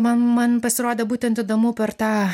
man man pasirodė būtent įdomu per tą